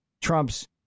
Trump's